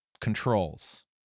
controls